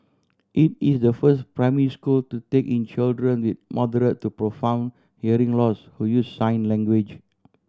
it is the first primary school to take in children with moderate to profound hearing loss who use sign language